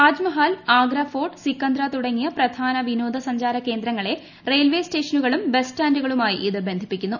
Taj Mahal Agra fort Sikandra തുടങ്ങിയ പ്രധാന വിനോദ സഞ്ചാരകേന്ദ്രങ്ങളെ റെയിൽവേ സ്റ്റേഷനുകളും ബസ് സ്റ്റാൻഡുകളുമായി ഇത് ബന്ധിപ്പിക്കുന്നു